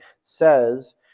says